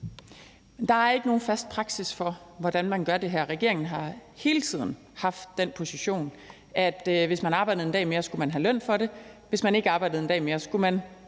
Der er ikke nogen fast praksis for, hvordan man gør det her. Regeringen har hele tiden haft den position, at hvis man arbejdede en dag mere, skulle man have løn for det, og hvis man ikke arbejdede en dag mere, skulle man